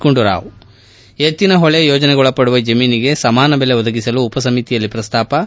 ಗುಂಡೂರಾವ್ ಎತ್ತಿನ ಹೊಳೆ ಯೋಜನೆಗೊಳಪಡುವ ಜಮೀನಿಗೆ ಸಮಾನ ಬೆಲೆ ಒದಗಿಸಲು ಉಪ ಸಮಿತಿಯಲ್ಲಿ ಪ್ರಸ್ತಾಪ